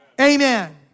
Amen